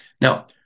Now